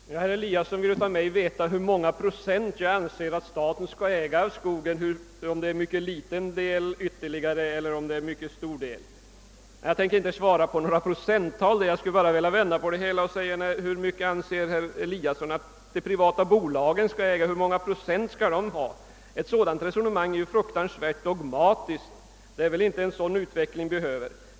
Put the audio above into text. Herr talman! Herr Eliasson i Moholm ville få besked av mig om hur många procent skogsmark som enligt min mening bör ägas av staten och om det rör sig om en mycket liten ökning av det nuvarande innehavet eller om en mycket stor. Jag tänker inte ange några procenttal men vill gärna vända på resonemanget och fråga herr Eliasson hur många procent han anser att de privata bolagen bör äga. Ett sådant resonemansg är ju fruktansvärt dogmatiskt. Det är väl inte en sådan utveckling som behövs.